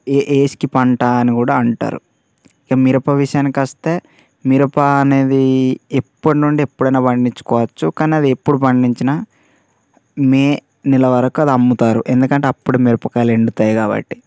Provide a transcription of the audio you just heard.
ఏ ఎస్కి పంట అని కూడా అంటారు మిరప విషయానికి వస్తే మిరప అనేది ఇప్పటి నుండి ఎప్పుడైనా పండించుకొచ్చు కాని అది ఎప్పుడు పండించినా మే నెలవరకు కల్లా అది అమ్ముతారు ఎందుకంటే అప్పుడు మిరపకాయలు ఎండుతాయి కాబట్టి